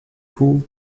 who